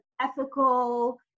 ethical